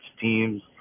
teams